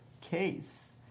case